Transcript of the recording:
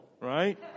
right